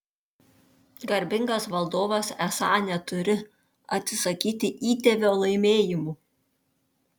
garbingas valdovas esą neturi atsisakyti įtėvio laimėjimų